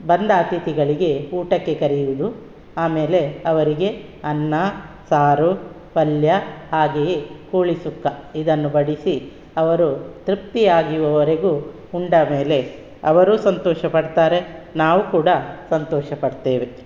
ಬಂದ ಅತಿಥಿಗಳಿಗೆ ಊಟಕ್ಕೆ ಕರೆಯೋದು ಆಮೇಲೆ ಅವರಿಗೆ ಅನ್ನ ಸಾರು ಪಲ್ಯ ಹಾಗೆಯೇ ಕೋಳಿ ಸುಕ್ಕ ಇದನ್ನು ಬಡಿಸಿ ಅವರು ತೃಪ್ತಿ ಆಗುವವರೆಗು ಉಂಡಮೇಲೆ ಅವರು ಸಂತೋಷ ಪಡ್ತಾರೆ ನಾವು ಕೂಡ ಸಂತೋಷ ಪಡ್ತೇವೆ